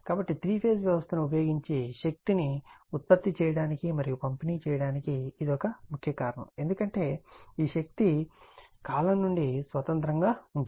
కాబట్టి 3 ఫేజ్ వ్యవస్థను ఉపయోగించి శక్తిని ఉత్పత్తి చేయడానికి మరియు పంపిణీ చేయడానికి ఇది ఒక ముఖ్య కారణం ఎందుకంటే ఈ శక్తి కాలం నుండి స్వతంత్రంగా ఉంటుంది